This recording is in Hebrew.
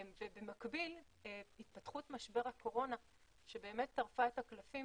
ובמקביל התפתחות משבר הקורונה שטרפה את הקלפים